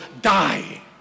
die